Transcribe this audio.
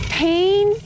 pain